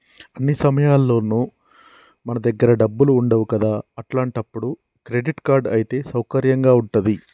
అన్ని సమయాల్లోనూ మన దగ్గర డబ్బులు ఉండవు కదా అట్లాంటప్పుడు క్రెడిట్ కార్డ్ అయితే సౌకర్యంగా ఉంటది